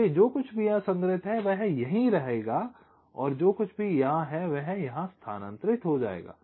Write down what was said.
इसलिए जो कुछ भी यहां संग्रहित है वह यहां रहेगा और जो कुछ भी यहां है वह यहां स्थानांतरित हो जाएगा